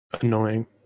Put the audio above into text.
Annoying